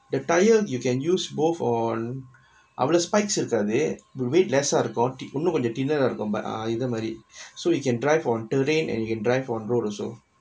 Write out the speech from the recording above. the tyre you can use both on அவளோ:avalo spikes இருக்காது:irukaathu weight less சா இருக்கு இன்னும் கொஞ்சோ:saa irukku innum konjo thinner ரா இருக்கு:raa irukku err இந்த மாதிரி:intha maathiri so you can drive on terrain and you can drive on road also